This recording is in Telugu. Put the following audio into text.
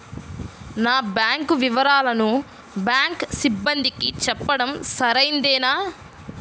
నా బ్యాంకు వివరాలను బ్యాంకు సిబ్బందికి చెప్పడం సరైందేనా?